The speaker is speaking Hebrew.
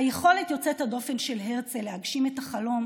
היכולת יוצאת הדופן של הרצל להגשים את החלום